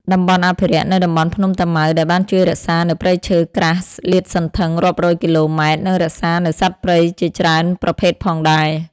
តំបន់អភិរក្សនៅតំបន់ភ្នំតាម៉ៅដែលបានជួយរក្សានៅព្រៃឈើក្រាស់សាតសន្ធឹងរាប់រយគីឡូម៉ែត្រ និងរក្សានៅសត្វព្រៃជាច្រើនប្រភេទផងដែរ។